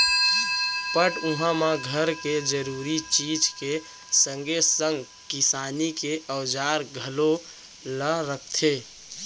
पटउहाँ म घर के जरूरी चीज के संगे संग किसानी के औजार घलौ ल रखथे